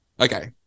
Okay